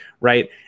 right